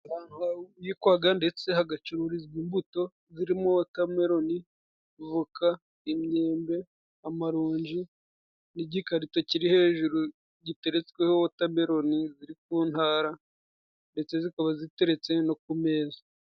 Ahantu habikwaga ndetse hagacururizwa imbuto zirimo wotameloni, voka, imyembe, amaronji, n'igikarito kiri hejuru giteretsweho wotameloni ziri ku ntara, ndetse zikaba ziteretse no ku meza.